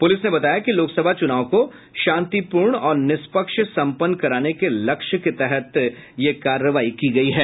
police ने बताया कि लोकसभा चुनाव को शांतिपूर्ण और निष्पक्ष संपन्न कराने के लिये यह कार्रवाई की गयी है